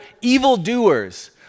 evildoers